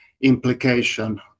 implication